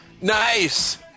Nice